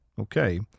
Okay